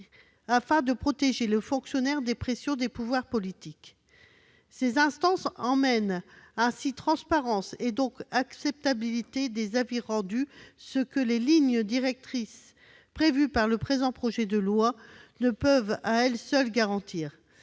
afin de protéger le fonctionnaire des pressions des pouvoirs politiques. Ces instances permettent ainsi la transparence et donc l'acceptabilité des avis rendus- ce que les lignes directrices du présent projet de loi ne peuvent à elles seules garantir